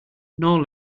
nor